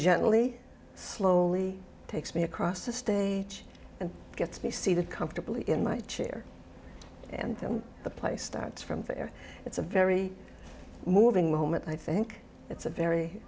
gently slowly takes me across the stage and gets me see that comfortably in my chair and the play starts from there it's a very moving moment i think it's a very